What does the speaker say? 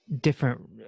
different